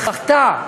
בכתה,